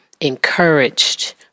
encouraged